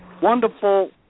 wonderful